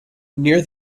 near